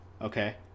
Okay